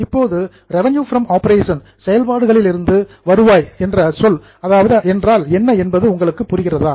இப்போது revenue from operations செயல்பாடுகளின் வருவாய் என்றால் என்ன என்பது உங்களுக்கு புரிகிறதா